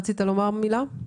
רצית לומר מילה?